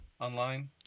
online